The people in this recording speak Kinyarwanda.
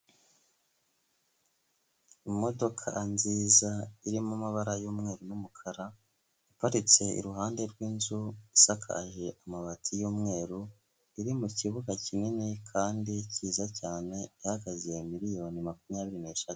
Imodoka nziza irimo amabara y'umweru n'umukara, iparitse iruhande rw'inzu isakaje amabati y'umweru, iri mu kibuga kinini kandi cyiza cyane, ihagaze miliyoni makumyabiri n'eshatu.